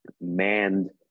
manned